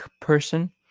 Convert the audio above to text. person